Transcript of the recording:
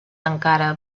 encara